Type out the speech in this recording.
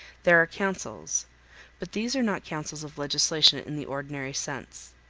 there are councils but these are not councils of legislation in the ordinary sense.